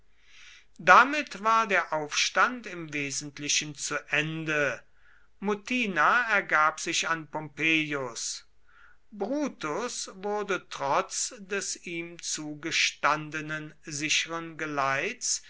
damit war der aufstand im wesentlichen zu ende mutina ergab sich an pompeius brutus wurde trotz des ihm zugestandenen sicheren geleits